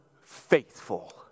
faithful